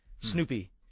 Snoopy